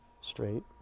Straight